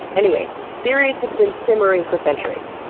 anyway, theories have been simmering for centuries,